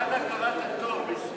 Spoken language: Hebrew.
קצת הכרת הטוב.